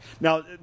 Now